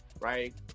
right